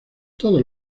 todos